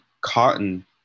cotton